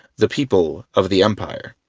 the people of the empire.